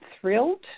thrilled